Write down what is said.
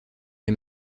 les